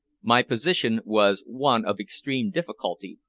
my position was one of extreme difficulty,